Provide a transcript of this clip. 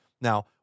Now